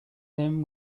him